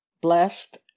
Blessed